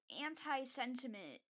anti-sentiment